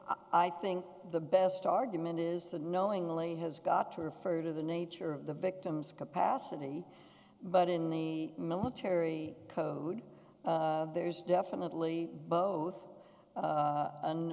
i think the best argument is to knowingly has got to refer to the nature of the victim's capacity but in the military code there's definitely both u